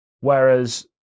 whereas